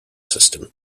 system